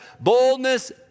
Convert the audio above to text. boldness